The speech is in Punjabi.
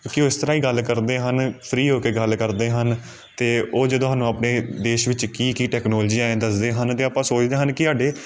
ਕਿਉਂਕਿ ਉਸ ਤਰ੍ਹਾਂ ਹੀ ਗੱਲ ਕਰਦੇ ਹਨ ਫਰੀ ਹੋ ਕੇ ਗੱਲ ਕਰਦੇ ਹਨ ਅਤੇ ਉਹ ਜਦੋਂ ਸਾਨੂੰ ਆਪਣੇ ਦੇਸ਼ ਵਿੱਚ ਕੀ ਕੀ ਟੈਕਨੋਲੋਜੀ ਆ ਦੱਸਦੇ ਹਨ ਤਾਂ ਆਪਾਂ ਸੋਚਦੇ ਹਨ ਕਿ ਸਾਡੇ